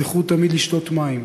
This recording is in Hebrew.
זכרו תמיד לשתות מים.